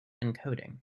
encoding